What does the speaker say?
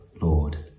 Lord